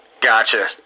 Gotcha